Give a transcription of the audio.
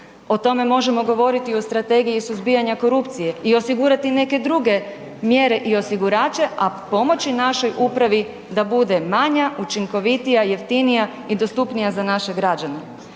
O tome možemo govoriti o strategiji suzbijanja korupciji i osigurati neke druge mjere i osigurače, a pomoći našoj upravi da bude manja, učinkovitija, jeftinija i dostupnija za naše građane.